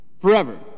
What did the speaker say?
forever